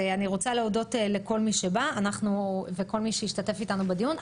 אני רוצה להודות לכל מי שבא וכל מי שהשתתף איתנו בדיון.